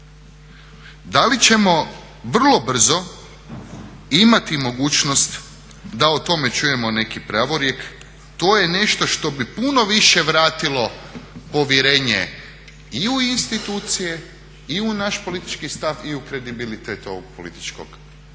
Da li ćemo vrlo brzo imati mogućnost da o tome čujemo neki pravorijek? To je nešto što bi puno više vratilo povjerenje i u institucije i u naš politički stav i u kredibilitet ovog političkog, promjena